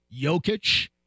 Jokic